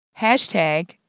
hashtag